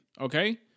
Okay